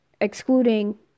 excluding